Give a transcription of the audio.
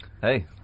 Hey